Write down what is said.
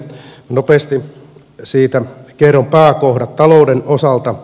nopeasti siitä kerron pääkohdat talouden osalta